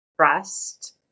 trust